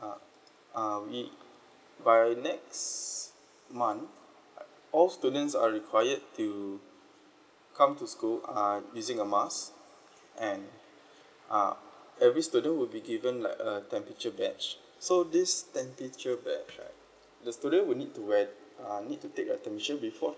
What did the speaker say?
uh uh we by next month uh all students are required to come to school uh using a mask and uh every student will be given like a temperature badge so this temperature badge right the student will need to wear uh need to take their temperature before